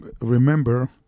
remember